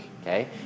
okay